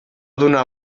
donar